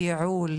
לייעול,